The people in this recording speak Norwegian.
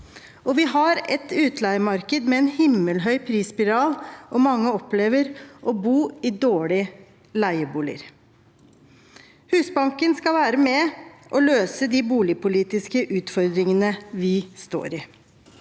vi har et utleiemarked med en himmelhøy prisspiral, og mange opplever å bo i en dårlig leiebolig. Husbanken skal være med på å løse de boligpolitiske utfordringene vi står i.